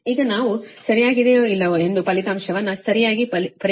ಈಗ ನಾವು ಸರಿಯಾಗಿದೆಯೋ ಇಲ್ಲವೋ ಎಂದು ಫಲಿತಾಂಶವನ್ನು ಸರಿಯಾಗಿ ಪರಿಶೀಲಿಸಬೇಕಾಗಿದೆ